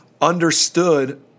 understood